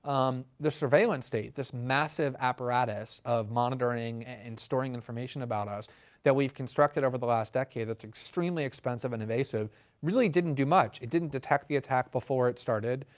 um the surveillance state, this massive apparatus of monitoring and storing information about us that we've constructed over the last decade that's extremely expensive and invasive really didn't do much. it didn't detect the attack before it started.